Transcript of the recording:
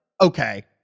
okay